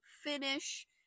finish